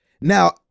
now